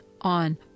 on